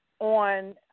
on